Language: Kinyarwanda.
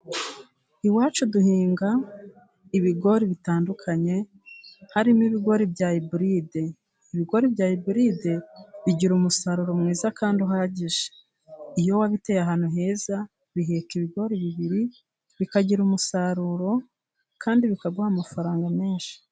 Iwacu duhinga ibigori bitandukanye, harimo ibigori bya ibulide, ibigori bya ibulide bigira umusaruro mwiza kandi uhagije, iyo wabiteye ahantu heza biheka ibigori bibiri bikagira umusaruro, kandi bikaguha amafaranga menshi.